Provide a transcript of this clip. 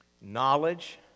knowledge